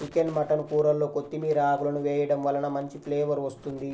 chicken mutton కూరల్లో కొత్తిమీర ఆకులను వేయడం వలన మంచి ఫ్లేవర్ వస్తుంది